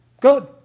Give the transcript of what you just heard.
good